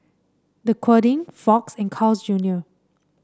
Dequadin Fox and Carl's Junior